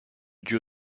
duo